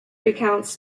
recounts